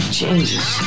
changes